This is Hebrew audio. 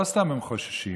לא סתם הם חוששים,